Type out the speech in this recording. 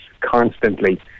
constantly